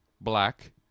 black